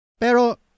Pero